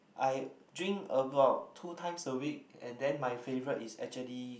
I drink about two times a week and then my favourite is actually